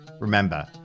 Remember